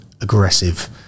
aggressive